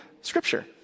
scripture